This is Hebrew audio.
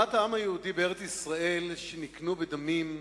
אדמות העם היהודי בארץ-ישראל, שנקנו בדמים,